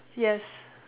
yes